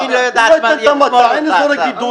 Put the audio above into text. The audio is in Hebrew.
הוא לא ייתן את המטע, אין אזורי גידול,